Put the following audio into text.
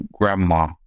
grandma